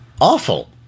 awful